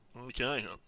Okay